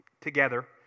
together